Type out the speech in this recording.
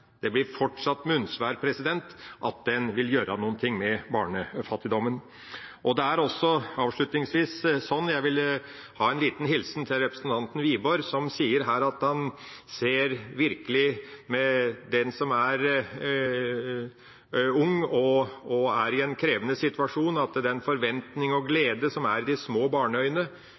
det blir fortsatt munnsvær at en vil gjøre noe med barnefattigdommen. Avslutningsvis har jeg en liten hilsen til representanten Wiborg som her sier at han ser virkelig den som er ung, og som er i en krevende situasjon, og den forventning og